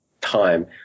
time